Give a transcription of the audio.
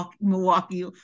Milwaukee